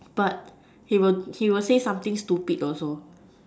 but he will he will say something stupid also